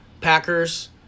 Packers